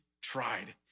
tried